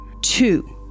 Two